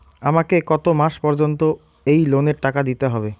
আমাকে কত মাস পর্যন্ত এই লোনের টাকা দিতে হবে?